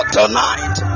tonight